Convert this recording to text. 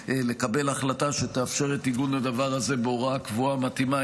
לקבל החלטה שתאפשר את עיגון הדבר הזה בהוראה קבועה מתאימה.